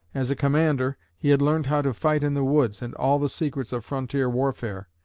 as a commander, he had learned how to fight in the woods, and all the secrets of frontier warfare.